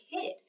kid